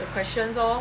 the questions lor